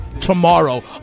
tomorrow